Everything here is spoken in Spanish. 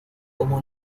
como